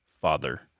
father